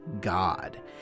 god